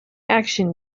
action